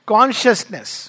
Consciousness